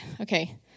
okay